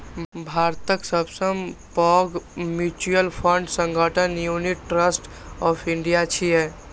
भारतक सबसं पैघ म्यूचुअल फंड संगठन यूनिट ट्रस्ट ऑफ इंडिया छियै